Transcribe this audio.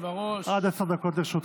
עד עשר דקות לרשותך.